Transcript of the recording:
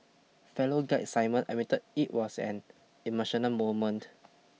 fellow guide Simon admitted it was an emotional moment